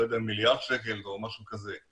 לא יודע אם מיליארד שקל או משהו כזה.